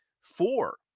Four